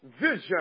Vision